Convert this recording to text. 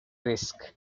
risk